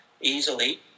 easily